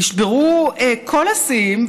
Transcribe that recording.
נשברו כל השיאים,